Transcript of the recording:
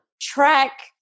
track